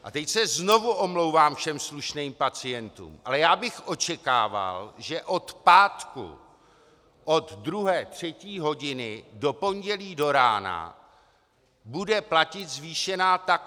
A teď se znovu omlouvám všem slušným pacientům, ale já bych očekával, že kupříkladu od pátku od druhé třetí hodiny do pondělí do rána bude platit zvýšená taxa!